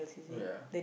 oh ya